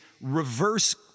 reverse